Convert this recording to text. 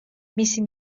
მისი